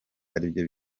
aribyo